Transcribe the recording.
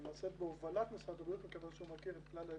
היא נעשית בהובלת משרד הבריאות מכיוון שהוא מכיר את כלל ההיבטים.